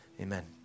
amen